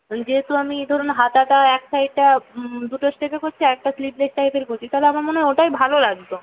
যেহেতু আমি ধরুন হাতাটা এক সাইডটা দুটো স্টেপে করছি আরেকটা স্লিভলেস টাইপের করছি তাহলে আমার মনে হয় ওটাই ভালো লাগতো